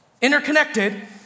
Interconnected